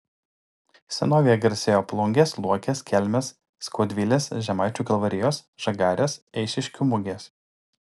senovėje garsėjo plungės luokės kelmės skaudvilės žemaičių kalvarijos žagarės eišiškių mugės